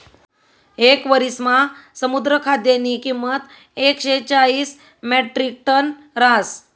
येक वरिसमा समुद्र खाद्यनी किंमत एकशे चाईस म्याट्रिकटन रहास